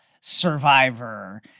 Survivor